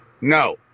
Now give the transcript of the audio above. No